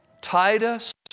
Titus